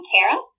Tara